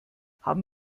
haben